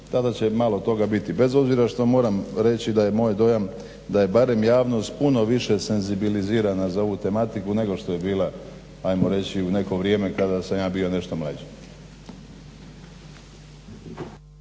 tada će malo toga biti. Bez obzira što moram reći da je moj dojam da je barem javnost puno više senzibilizirana za ovu tematiku nego što je bila ajmo reći u neko vrijeme kada sam ja bio nešto mlađi.